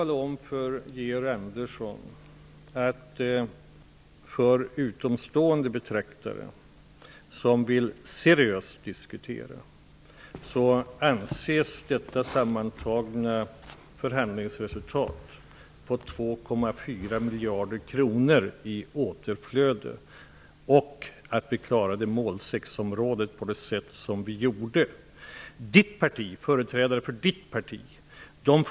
Herr talman! Det sammantagna förhandlingsresultatet innebär 2,4 miljarder kronor i återflöde och att vi klarade mål-6-området på det sätt som vi gjorde. Jag kan tala om för Georg Andersson att utomstående betraktare, som seriöst vill diskutera detta, tycker att det är ett bra resultat.